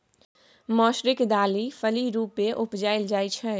मौसरीक दालि फली रुपेँ उपजाएल जाइ छै